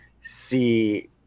see